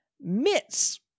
mitts